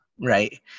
Right